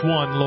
one